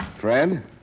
Fred